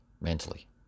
mentally